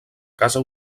casa